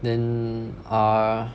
then uh